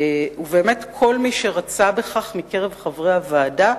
ובאמת כל מי שרצה בכך, מקרב חברי הוועדה,